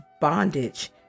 bondage